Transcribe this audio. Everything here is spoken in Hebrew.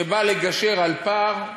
שבא לגשר על פער,